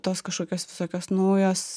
tos kažkokios visokios naujos